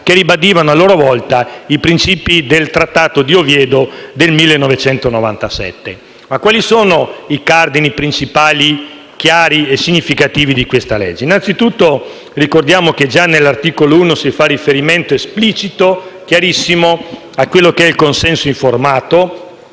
che ribadivano a loro volta i principi del Trattato di Oviedo del 1997. Ma quali sono i cardini principali, chiari e significativi di questo disegno di legge? Innanzitutto, ricordiamo che già all'articolo 1 si fa un riferimento esplicito, chiarissimo, al consenso informato,